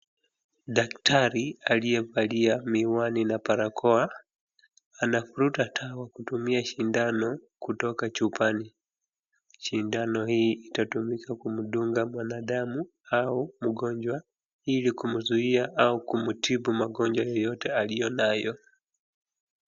Dakatari aliyevalia miwani na barakoa anavuruta dawa kutumia sindano kutoka chupani. Sindano hii itatumika kumdunga mwanadamu au mgonjwa ili kumzuia au kumtibu magonjwa yoyote aliyonayo.